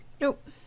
Nope